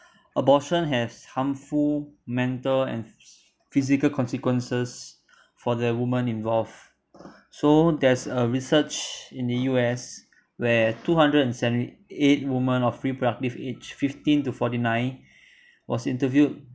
abortion has harmful mental and physical consequences for the women involved so there's a research in the U_S where two hundred and seventy eight women of reproductive age fifteen to forty nine was interviewed